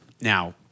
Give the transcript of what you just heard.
now